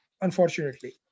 Unfortunately